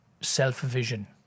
self-vision